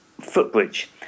footbridge